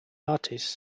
artists